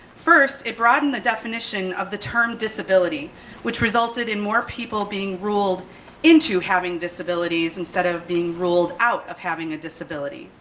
first, it broaden the definition of the term disability which results and more people being ruled into having disabilities instead of being ruled out of having a disability.